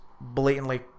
blatantly